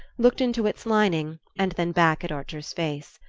looked into its lining and then back at archer's face.